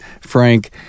Frank